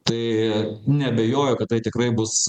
tai neabejoju kad tai tikrai bus